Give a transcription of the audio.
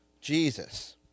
Jesus